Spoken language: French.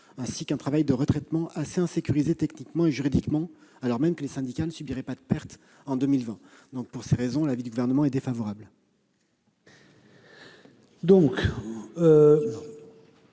un travail de retraitement assez insécurisé techniquement et juridiquement, alors même que les syndicats ne subiraient pas de pertes en 2020. Pour toutes ces raisons, le Gouvernement émet un avis défavorable